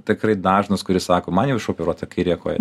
tikrai dažnas kuris sako man jau išoperuota kairė koja